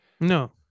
no